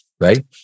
Right